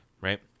right